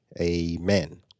amen